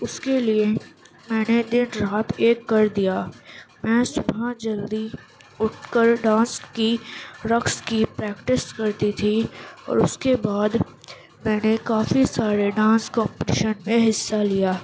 اس کے لیے میں نے دن رات ایک کر دیا میں صبح جلدی اٹھ کر ڈانس کی رقص کی پریکٹس کرتی تھی اور اس کے بعد میں نے کافی سارے ڈانس کومپٹیشن میں حصہ لیا